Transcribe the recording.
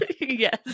yes